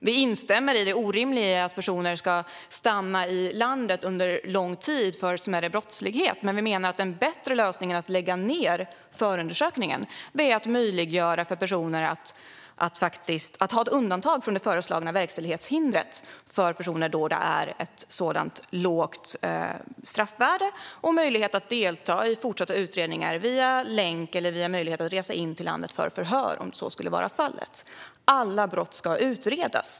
Vi instämmer i det orimliga i att personer ska stanna i landet under lång tid för smärre brottslighet, men vi menar att en bättre lösning än att lägga ned förundersökningen är att ha ett undantag från det föreslagna verkställighetshindret då det är ett sådant lågt straffvärde och i stället möjliggöra för personer att delta i fortsatta utredningar via länk eller genom att resa in till landet för förhör om så skulle vara fallet. Alla brott ska utredas.